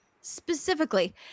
Specifically